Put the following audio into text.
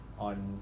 on